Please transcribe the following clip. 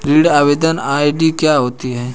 ऋण आवेदन आई.डी क्या होती है?